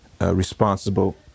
responsible